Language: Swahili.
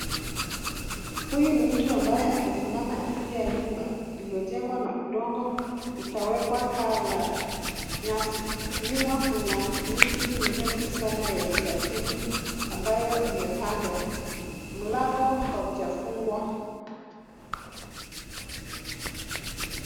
Huyu ni mtu ambaye amesimama nje ya nyumba iliyojengwa na udongo ikawekwa paa la nyasi. Nyuma kuna miti mirefu sana ya kiasili ambayo imepandwa. Mlango haujafungwa.